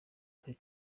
kuri